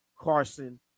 Carson